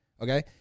okay